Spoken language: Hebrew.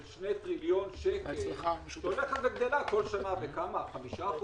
השני טריליון שקל שהולכים וגדלים כל שנה ב-5%,